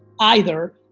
either,